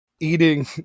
eating